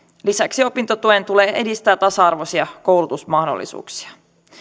lisäksi opintotuen tulee edistää tasa arvoisia koulutusmahdollisuuksia